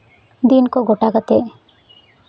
ᱫᱤᱱ ᱠᱚ ᱜᱳᱴᱟ ᱠᱟᱛᱮ